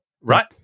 right